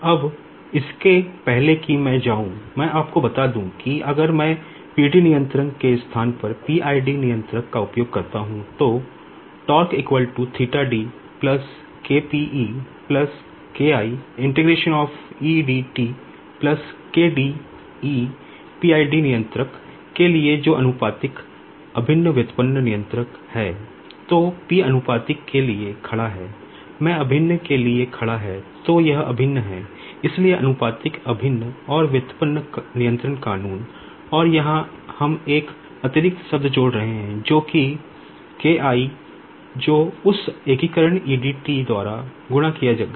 अब इससे पहले कि मैं जाऊं मैं आपको बता दूं कि अगर मैं PD कंट्रोलर का उपयोग करता हूं तो PID कंट्रोलर और यहां हम एक अतिरिक्त शब्द जोड़ रहे हैं जो आपके K I को उस एकीकरण Edt द्वारा गुणा किया गया है